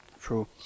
True